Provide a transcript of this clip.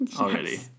already